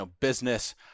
business